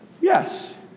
Yes